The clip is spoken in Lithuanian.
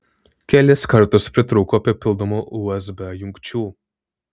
kelis kartus pritrūko papildomų usb jungčių